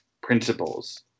principles